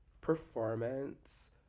performance